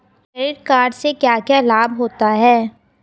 Credit card से क्या क्या लाभ होता है?